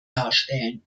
darstellen